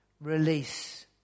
release